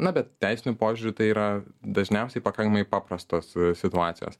na bet teisiniu požiūriu tai yra dažniausiai pakankamai paprastos situacijos